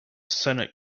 senate